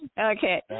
Okay